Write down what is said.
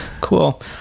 cool